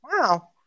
wow